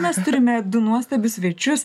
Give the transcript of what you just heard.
mes turime du nuostabius svečius